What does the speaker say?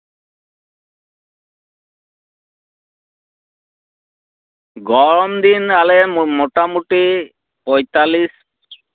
ᱜᱚᱨᱚᱢ ᱫᱤᱱ ᱟᱞᱮ ᱢᱚᱴᱟᱢᱩᱴᱤ ᱯᱚᱸᱭᱛᱟᱞᱞᱤᱥ